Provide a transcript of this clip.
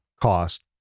cost